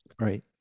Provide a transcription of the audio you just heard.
right